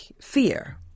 fear